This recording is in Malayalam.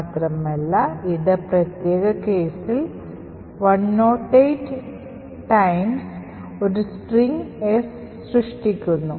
മാത്രമല്ല ഇത് ഈ പ്രത്യേക കേസിൽ 108 തവണ ഒരു സ്ട്രിംഗ് S സൃഷ്ടിക്കുന്നു